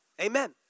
amen